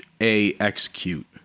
A-Execute